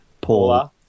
paula